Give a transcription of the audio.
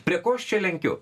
prie ko aš čia lenkiu